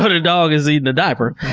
but dog has eaten a diaper.